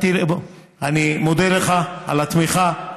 אני מודה לך על התמיכה.